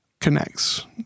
connects